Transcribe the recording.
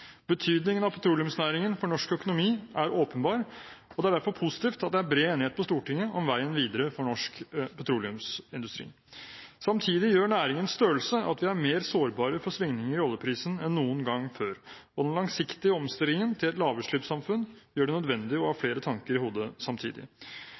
Betydningen av petroleumsnæringen for norsk økonomi er åpenbar. Det er derfor positivt at det er bred enighet på Stortinget om veien videre for norsk petroleumsindustri. Samtidig gjør næringens størrelse at vi er mer sårbare for svingninger i oljeprisen enn noen gang før. Den langsiktige omstillingen til et lavutslippssamfunn gjør det nødvendig å ha